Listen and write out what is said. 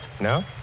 No